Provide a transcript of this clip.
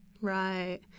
Right